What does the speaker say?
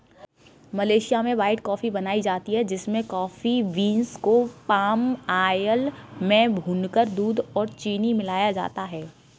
Malaysia में white coffee बनाई जाती है जिसमें कॉफी बींस को पाम आयल में भूनकर दूध और चीनी मिलाया जाता है